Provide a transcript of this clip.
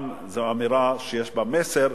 גם זו אמירה שיש בה מסר,